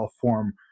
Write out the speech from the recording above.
form